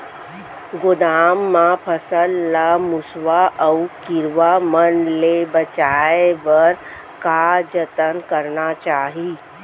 गोदाम मा फसल ला मुसवा अऊ कीरवा मन ले बचाये बर का जतन करना चाही?